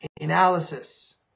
analysis